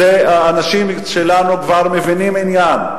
האנשים שלנו כבר מבינים עניין.